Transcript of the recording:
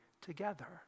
together